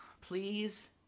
Please